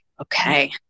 Okay